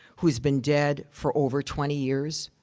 who's been dead for over twenty years.